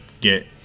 get